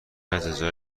الجزایر